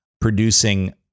producing